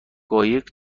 قایق